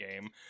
game